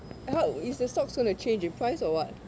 how is the stocks going to change in price or what